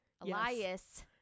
Elias